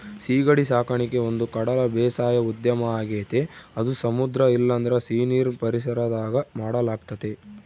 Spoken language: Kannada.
ಸೀಗಡಿ ಸಾಕಣಿಕೆ ಒಂದುಕಡಲ ಬೇಸಾಯ ಉದ್ಯಮ ಆಗೆತೆ ಅದು ಸಮುದ್ರ ಇಲ್ಲಂದ್ರ ಸೀನೀರಿನ್ ಪರಿಸರದಾಗ ಮಾಡಲಾಗ್ತತೆ